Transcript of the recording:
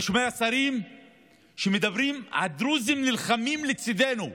אני שומע שרים שמדברים: הדרוזים נלחמים לצידנו.